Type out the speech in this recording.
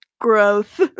Growth